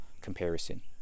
comparison